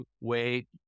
wait